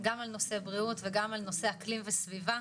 גם על נושאי בריאות וגם על נושא אקלים וסביבה,